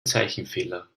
zeichenfehler